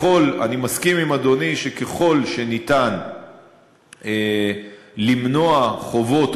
אני מסכים עם אדוני שככל שניתן למנוע חובות,